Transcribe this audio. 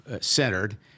centered